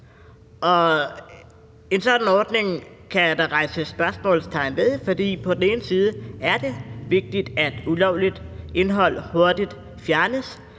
En sådan ordning kan der sættes spørgsmålstegn ved, for på den ene side er det vigtigt, at ulovligt indhold hurtigt fjernes,